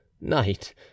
Night